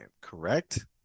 correct